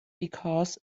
because